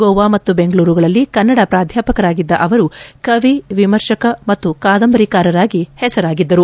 ಗೋವಾ ಮತ್ತು ಬೆಂಗಳೂರುಗಳಲ್ಲಿ ಕನ್ನಡ ಪ್ರಾಧ್ಯಾಪಕರಾಗಿದ್ದ ಅವರು ಕವಿ ವಿಮರ್ಶಕ ಮತ್ತು ಕಾದಂಬರಿಕಾರರಾಗಿ ಹೆಸರಾಗಿದ್ದರು